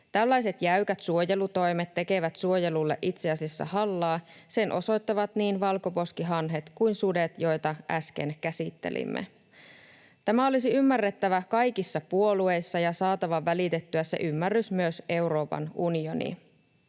Tällaiset jäykät suojelutoimet tekevät suojelulle itse asiassa hallaa, sen osoittavat niin valkoposkihanhet kuin sudet, joita äsken käsittelimme. Tämä olisi ymmärrettävä kaikissa puolueissa ja saatava välitettyä se ymmärrys myös Euroopan unioniin.